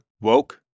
Woke